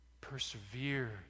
Persevere